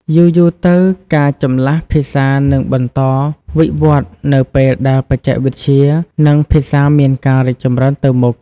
យូរៗទៅ ការចម្លាស់ភាសានឹងបន្តវិវឌ្ឍនៅពេលដែលបច្ចេកវិទ្យា និងភាសាមានការរីកចម្រើនទៅមុខ។